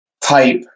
type